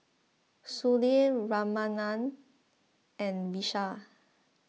Sudhir Ramanand and Vishal